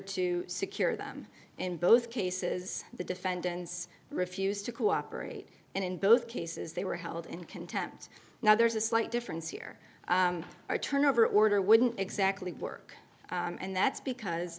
to secure them in both cases the defendants refused to cooperate and in both cases they were held in contempt now there's a slight difference here our turnover order wouldn't exactly work and that's because